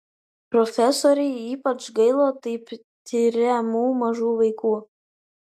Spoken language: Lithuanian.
profesorei ypač gaila taip tiriamų mažų vaikų